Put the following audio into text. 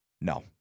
No